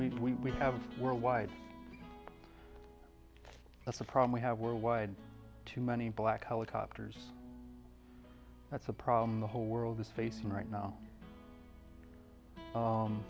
problem we have worldwide that's the problem we have worldwide too many black helicopters that's a problem the whole world is facing right now